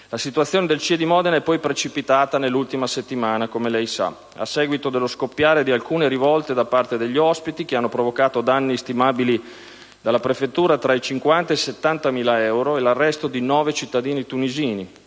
la situazione al CIE di Modena è poi precipitata nell'ultima settimana, a seguito dello scoppiare di alcune rivolte da parte degli ospiti, che hanno provocato danni stimati dalla prefettura tra i 50.000 e i 70.000 euro e l'arresto di nove cittadini tunisini.